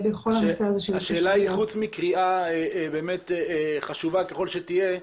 חוץ מקריאה חשוב ככל שתהיה,